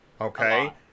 Okay